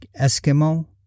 Eskimo